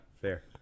fair